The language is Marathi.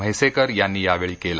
म्हैसेकर यांनी यावेळी केलं